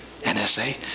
NSA